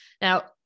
Now